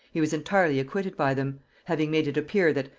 he was entirely acquitted by them having made it appear that,